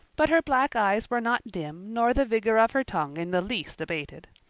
but her black eyes were not dim nor the vigor of her tongue in the least abated.